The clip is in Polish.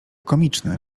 komiczne